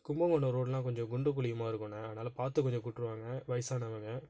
Kumbakonam road எல்லாம் கொஞ்சம் குண்டு குழியுமாக இருக்குண்ணா அதனால பார்த்து கொஞ்சம் கூட்டு வாங்கண்ணா வயசானவங்க